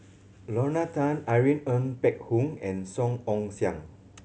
Lorna Tan Irene Ng Phek Hoong and Song Ong Siang